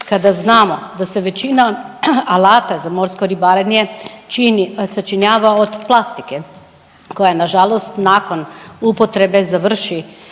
kada znamo da se većina alata za morsko ribarenje čini, sačinjava od plastike koja je nažalost nakon upotrebe završi